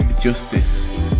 justice